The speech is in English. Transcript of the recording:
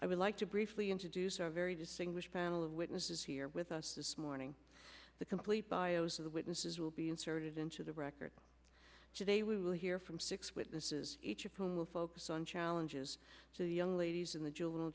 i would like to briefly introduce our very distinguished panel of witnesses here with us this morning the complete bios of the witnesses will be inserted into the record today we will hear from six witnesses each of whom will focus on challenges two young ladies in the juvenile